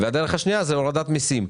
ודרך שנייה זה הורדת מסים.